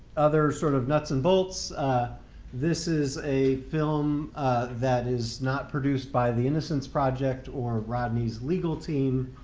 other sort of nuts and bolts this is a film that is not produced by the innocence project or rodney's legal team.